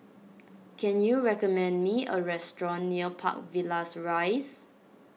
can you recommend me a restaurant near Park Villas Rise